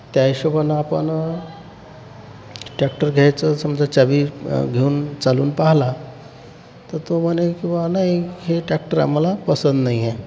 त्या हिशोबानं आपण टॅक्टर घ्यायचं समजा चावी घेऊन चालवून पाहिला तर तो म्हणे की बा नाही हे टॅक्टर आम्हाला पसंत नाही आहे